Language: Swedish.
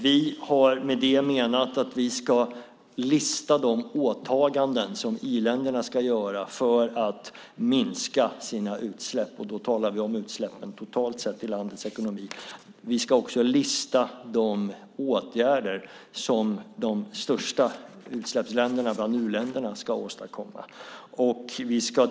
Vi har med det menat att vi ska lista de åtaganden som i-länderna ska göra för att minska sina utsläpp. Då talar vi om utsläppen totalt sett i landets ekonomi. Vi ska också lista de åtgärder som de största utsläppsländerna bland u-länderna ska åstadkomma.